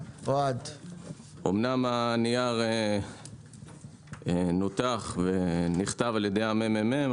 אומנם ה נייר נותח ונכתב על ידי הממ"מ,